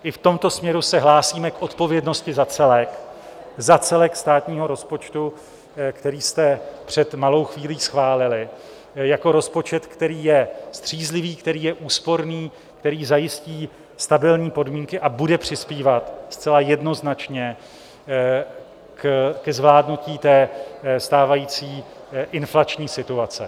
I v tomto směru se hlásíme k odpovědnosti za celek, za celek státního rozpočtu, který jste před malou chvílí schválili, jako rozpočet, který je střízlivý, který je úsporný, který zajistí stabilní podmínky a bude přispívat zcela jednoznačně ke zvládnutí stávající inflační situace.